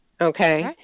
Okay